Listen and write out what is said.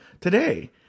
today